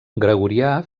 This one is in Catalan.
gregorià